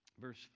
verse